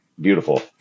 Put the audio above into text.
Beautiful